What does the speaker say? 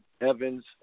Evans